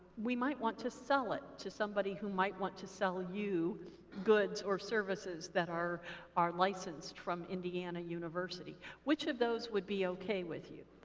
we might want to sell it to somebody who might want to sell you goods or services that are are licensed from indiana university which of those would be okay with you?